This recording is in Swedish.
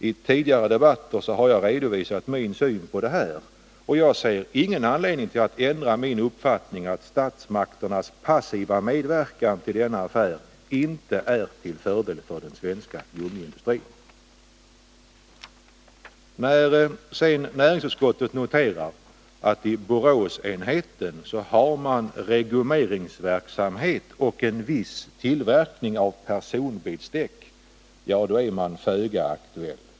I tidigare debatter har jag redovisat min syn på detta, och jag ser ingen anledning att ändra min uppfattning att statsmakternas passiva medverkan till denna affär inte är till fördel för svensk gummiindustri. När sedan näringsutskottet noterar att i Boråsenheten har man regummeringsverksamhet och en viss tillverkning av personbilsdäck, är man föga aktuell.